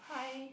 hi